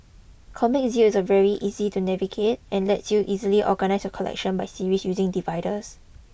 Comic Zeal is very easy to navigate and lets you easily organise your collection by series using dividers